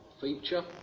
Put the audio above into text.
feature